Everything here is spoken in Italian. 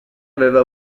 aveva